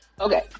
Okay